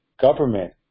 government